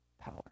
power